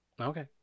Okay